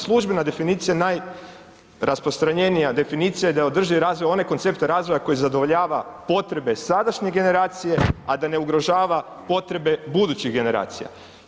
Službena definicija najrasprostranjenija definicija je da je održivi razvoj onaj koncept razvoja koji zadovoljava potrebe sadašnje generacije, a da ne ugrožava potrebe budućih generacija.